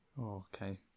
Okay